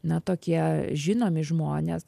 na tokie žinomi žmonės